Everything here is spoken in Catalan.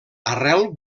arrel